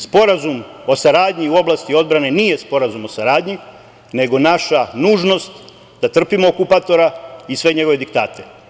Sporazum o saradnji u oblasti odbrane nije sporazum o saradnji, nego naša nužnost da trpimo okupatora i sve njegove diktate.